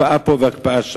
הקפאה פה והקפאה שם.